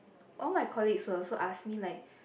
all my colleagues will also ask me like